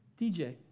DJ